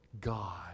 God